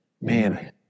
Man